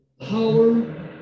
Power